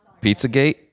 Pizzagate